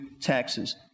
taxes